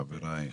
חבריי,